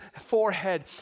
forehead